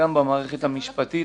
גם במערכת המשפטית,